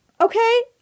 okay